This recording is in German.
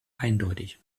eindeutig